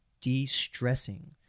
de-stressing